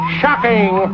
shocking